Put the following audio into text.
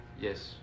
yes